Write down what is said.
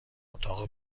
اتاق